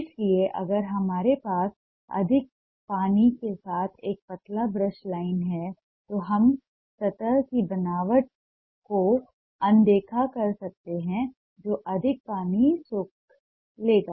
इसलिए अगर हमारे पास अधिक पानी के साथ एक पतला ब्रश लाइन है तो हम सतह की बनावट को अनदेखा कर सकते हैं जो अधिक पानी सोख लेगा